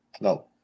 No